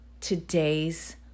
today's